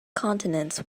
continents